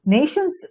Nations